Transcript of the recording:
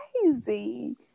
crazy